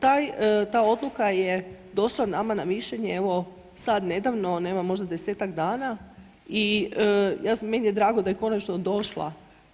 Taj, ta odluka je došla nama na mišljenje evo sad nedavno, nema možda 10-tak dana i meni je drago da je konačno došla.